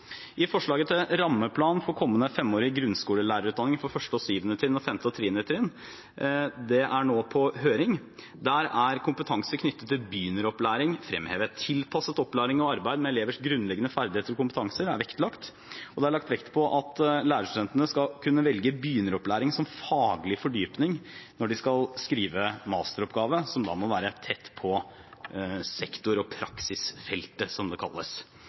I forslaget til rammeplan for kommende femårig grunnskolelærerutdanning for 1.–7. trinn og 5.–10. trinn, som nå er på høring, er kompetanse knyttet til begynneropplæring fremhevet. Tilpasset opplæring og arbeid med elevers grunnleggende ferdigheter og kompetanse er vektlagt, og det er lagt vekt på at lærerstudentene skal kunne velge begynneropplæring som faglig fordypning når de skal skrive masteroppgave, som da må være tett på sektor- og praksisfeltet, som det kalles.